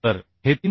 तर हे 3